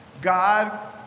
God